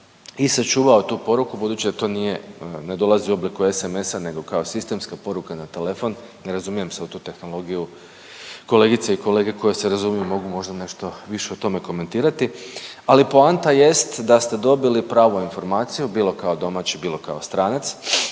i sačuvao tu poruku budući da to nije ne dolazi u obliku SMS-a nego kao sistemska poruka na telefon. Ne razumijem se u tu tehnologiju, kolegice i kolege koje se razumiju mogu možda nešto više o tome komentirati, ali poanta jest da ste dobili pravu informaciju bilo kao domaći bilo kao stranac,